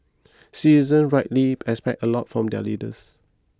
citizens rightly expect a lot from their leaders